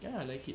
yeah I like it